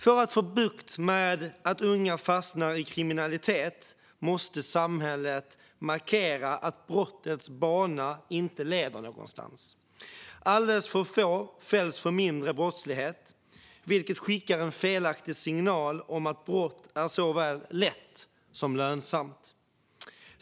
För att få bukt med att unga fastnar i kriminalitet måste samhället markera att brottets bana inte leder någonstans. Alldeles för få fälls för mindre brottslighet, vilket skickar en felaktig signal om att brott är såväl lätt som lönsamt.